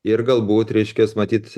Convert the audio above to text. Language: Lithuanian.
ir galbūt reiškias matyt